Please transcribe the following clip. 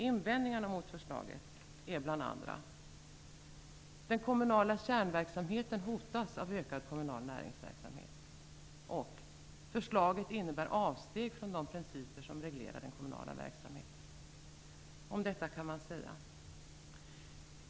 Invändningarna mot förslaget är bl.a. att den kommunala kärnverksamheten hotas av ökad kommunal näringsverksamhet och att förslaget innebär avsteg från de principer som reglerar den kommunala verksamheten. Om detta kan man säga följande.